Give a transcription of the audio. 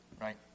right